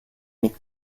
mit